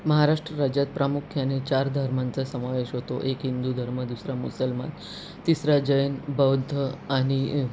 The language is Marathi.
महाराष्ट्र राज्यात प्रामुख्याने चार धर्मांचा समावेष होतो एक हिंदू धर्म दुसरा मुसलमान तिसरा जैन बौद्ध आणि